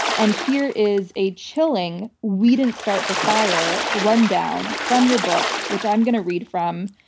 and here is a chilling, we didn't start the fire rundown from your book, which i'm going to read from,